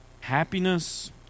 happiness